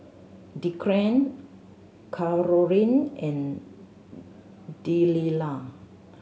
Declan Karolyn and Delilah